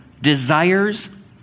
desires